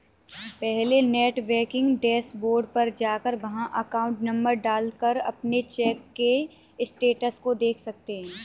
पहले net banking dashboard पर जाकर वहाँ अकाउंट नंबर डाल कर अपने चेक के स्टेटस को देख सकते है